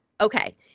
Okay